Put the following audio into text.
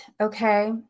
okay